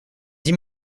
dix